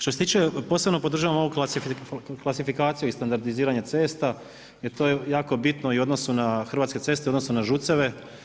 Što se tiče, posebno podržavam ovu klasifikaciju i standardiziranje cesta jer to je jako bitno i u odnosu na Hrvatske ceste, u odnosu na ŽUC-eve.